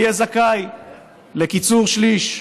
הוא יהיה זכאי לקיצור שליש.